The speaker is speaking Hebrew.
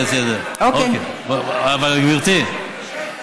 האופרציה היחידה שקיימת כאן,